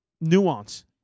nuance